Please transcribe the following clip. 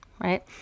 right